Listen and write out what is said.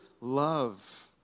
love